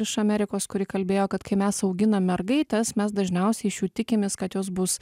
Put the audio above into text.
iš amerikos kuri kalbėjo kad kai mes auginam mergaites mes dažniausiai iš jų tikimės kad jos bus